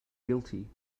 guilty